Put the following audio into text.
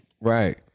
Right